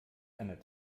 einer